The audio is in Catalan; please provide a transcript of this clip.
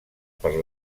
per